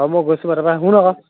হ'ব মই গৈছোঁ বাৰু তাৰ পৰা শুন আকৌ